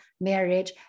marriage